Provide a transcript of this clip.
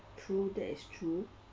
true that is true